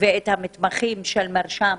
ואת המתמחים של מרשם